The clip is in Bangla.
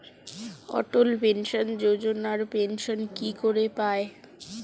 অটল পেনশন যোজনা পেনশন কি করে পায়?